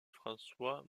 françois